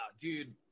dude